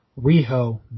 Riho